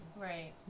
right